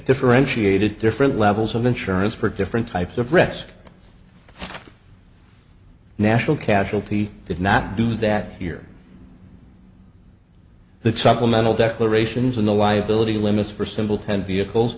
differentiated different levels of insurance for different types of risk for the national casualty did not do that here the supplemental declarations and the liability limits for simple ten vehicles